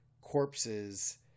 corpses